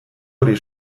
hori